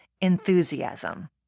enthusiasm